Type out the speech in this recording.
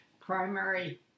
primary